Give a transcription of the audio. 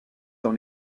dans